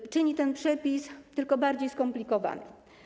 To czyni ten przepis tylko bardziej skomplikowanym.